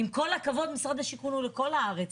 עם כל הכבוד, משרד השיכון הוא לכל הארץ.